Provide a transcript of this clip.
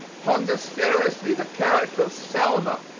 ponder seriously the character of selma,